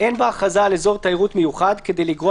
"אין בהכרזה על אזור תיירות מיוחד כדי לגרוע